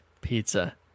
pizza